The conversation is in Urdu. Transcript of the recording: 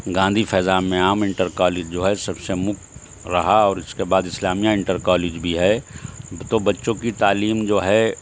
گاندھی فیضان عام انٹر کالج جو ہے سب سے مکھ رہا اور اس کے بعد اسلامیہ انٹر کالج بھی ہے تو بچوں کی تعلیم جو ہے